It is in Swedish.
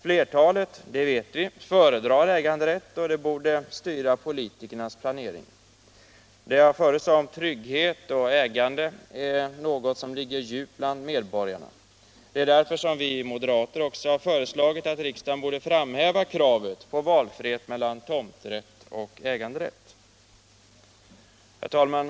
Flertalet — det vet vi — föredrar äganderätt, och detta borde styra politikernas planering. Det jag förut sade om trygghet och ägande är något som ligger djupt bland medborgarna. Det är därför som vi moderater också har föreslagit att riksdagen borde framhäva kravet på valfrihet mellan tomträtt och äganderätt. Herr talman!